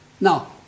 Now